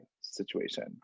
situation